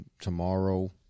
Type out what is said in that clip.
tomorrow